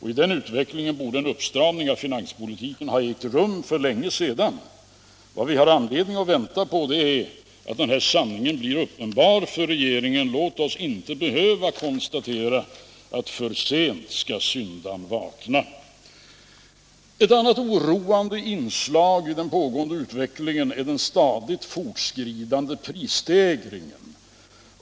I den utvecklingen borde en uppstramning av finanspolitiken ha ägt rum för länge sedan. Vad vi har anledning att vänta på är att den här sanningen blir uppenbar för regeringen. Låt oss inte behöva konstatera att för sent skall syndarn vakna. Ett annat oroande inslag i den pågående utvecklingen är den ständigt fortskridande prisstegringen.